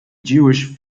jewish